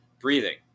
breathing